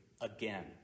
again